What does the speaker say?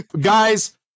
guys